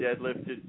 deadlifted